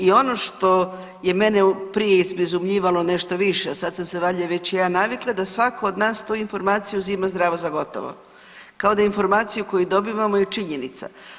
I ono što je mene prije izbezumljivalo nešto više, sad sam se valjda već i ja navikla da svatko od nas tu informaciju uzima zdravo za gotovo kao da informaciju koju dobivamo je činjenica.